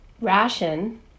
ration